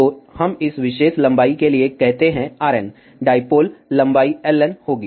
तो हम इस विशेष लंबाई के लिए कहते हैं Rn डाईपोल लंबाई Ln होगी